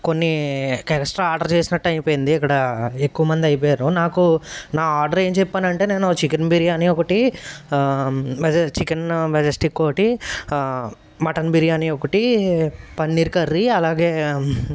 కొన్ని కేగస్ట్రా ఆర్డర్ చేసినట్టు అయిపోయింది ఇక్కడ ఎక్కువ మంది అయిపోయారు నాకు నా ఆర్డర్ ఏం చెప్పానంటే నేను చికెన్ బిర్యానీ ఒకటి వెజజ్ చికెన్ మెజెస్టిక్ ఒకటి మటన్ బిర్యానీ ఒకటి పన్నీర్ కర్రీ అలాగే